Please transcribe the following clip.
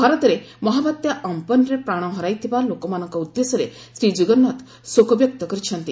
ଭାରତରେ ମହାବାତ୍ୟା ଅମ୍ପନରେ ପ୍ରାଣ ହରାଇଥିବା ଲୋକମାନଙ୍କ ଉଦ୍ଦେଶ୍ୟରେ ଶ୍ରୀ ଜୁଗନ୍ନଥ ଶୋକ ବ୍ୟକ୍ତ କରିଛନ୍ତି